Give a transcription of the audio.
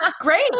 Great